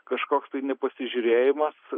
kažkoks tai nepasižiūrėjimas